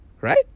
right